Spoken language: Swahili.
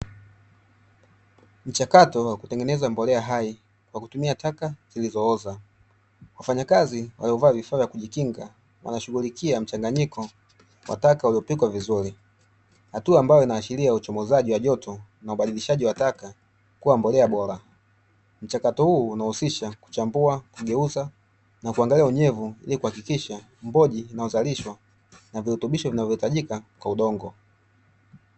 Mchakato wa kutengeneza mbolea hai kwa kutumia taka zilizooza, wafanyakazi waliovalia vifaa vya kujikinga wanashughulikia mchanganyiko wa taka uliopikwa vizuri, hatua ambayo inaashiria uchomozaji wa joto na taka kuwa mbolea bora, mchakato huu unahusisha kugeuza na kuangalia unyevu ili kuhakikisha boji inayozalishwa ili kuleta virutubisho kwenye udongo.